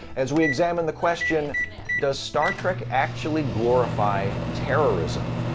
as we examine the question does star trek actually glorify terrorism?